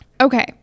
Okay